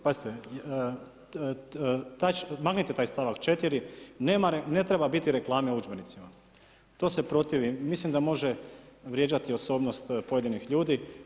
Pazite, maknite taj stavak 43. ne treba biti reklame u udžbenicima, to se protivi, mislim da može vrijeđati osobnost pojedinih ljudi.